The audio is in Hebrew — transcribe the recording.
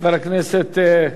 חברי הכנסת,